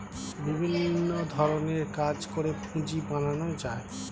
বিভিন্ন ধরণের কাজ করে পুঁজি বানানো যায়